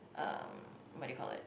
um what do you call it